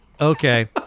okay